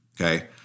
okay